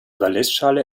valenzschale